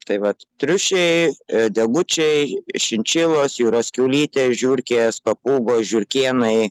tai vat triušiai degučiai šinšilos jūros kiaulytės žiurkės papūgos žiurkėnai